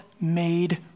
made